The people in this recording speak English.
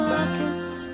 Markets